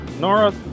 Nora